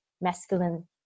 masculine